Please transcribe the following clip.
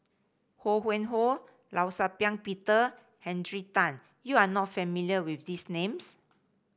Ho Yuen Hoe Law Shau Ping Peter Henry Tan you are not familiar with these names